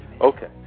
Okay